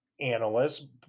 analysts